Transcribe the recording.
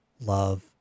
love